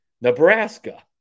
Nebraska